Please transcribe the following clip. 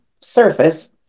surface